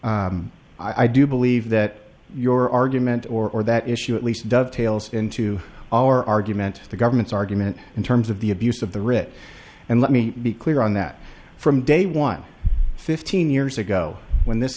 i do believe that your argument or that issue at least dovetails into our argument the government's argument in terms of the abuse of the writ and let me be clear on that from day one fifteen years ago when this